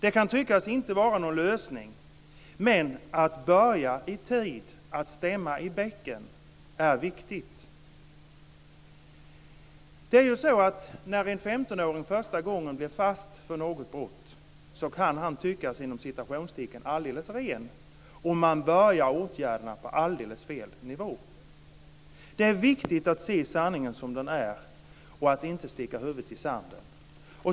Det kan tyckas som att det inte är någon lösning, men att börja i tid, att stämma i bäcken, är viktigt. När en 15-åring första gången blir fast för något brott kan han tyckas "alldeles ren", och man börjar åtgärderna på helt fel nivå. Det är viktigt att se sanningen som den är och att inte sticka huvudet i sanden.